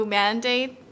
mandate